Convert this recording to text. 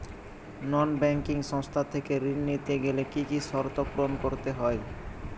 নন banking সংস্থা থেকে ঋণ নিতে গেলে কি কি শর্ত পূরণ করতে হয়?